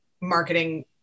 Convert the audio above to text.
marketing